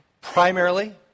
primarily